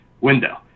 window